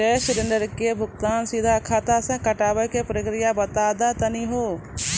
Gas cylinder के भुगतान सीधा खाता से कटावे के प्रक्रिया बता दा तनी हो?